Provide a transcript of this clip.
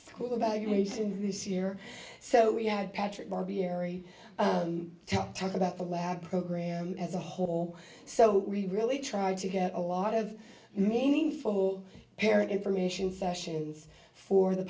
school evaluation this year so we had patrick barberry tell talk about the lab program as a whole so we really tried to get a lot of meaningful parent information sessions for the